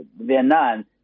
Vietnam